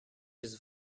use